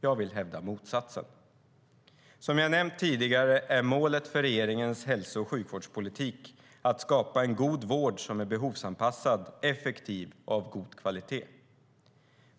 Jag vill hävda motsatsen. Som jag har nämnt tidigare är målet för regeringens hälso och sjukvårdspolitik att skapa en god vård som är behovsanpassad, effektiv och av god kvalitet.